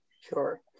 Sure